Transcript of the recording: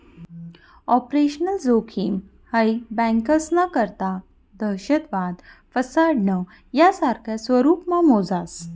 operational जोखिम हाई बँकास्ना करता दहशतवाद, फसाडणं, यासारखा स्वरुपमा मोजास